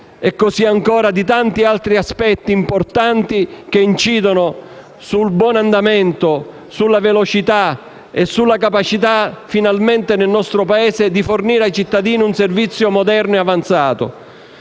penale e di tanti altri aspetti importanti che incidono sul buon andamento, sulla velocità e la capacità nel nostro Paese di fornire ai cittadini un servizio moderno e avanzato.